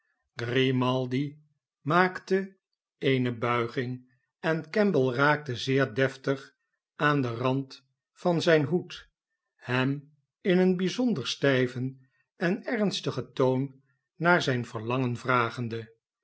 grimaldi maakte eene buiging en kemble raakte zeer deftig aan den rand van zijn hoed hem in een bijzonder stijven en ernstigen toon naar zijn verlangen vragende